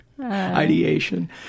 ideation